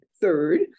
Third